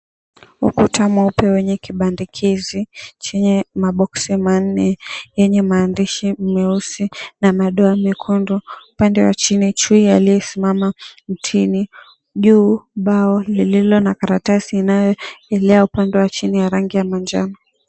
Ukuta mweupe wenye kibandekezi chenye maboksi manne yenye maandishi meusi na madoa mekundu. Upande wa chini chui aliyesimama mtini. Juu bao lililo na karatasi iliyo upande wa chini ya rangi ya manjano.